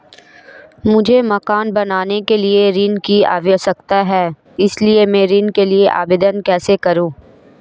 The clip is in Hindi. मुझे मकान बनाने के लिए ऋण की आवश्यकता है इसलिए मैं ऋण के लिए आवेदन कैसे करूं?